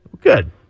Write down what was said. Good